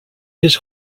his